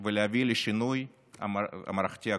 ולהביא לשינוי המערכתי הכולל.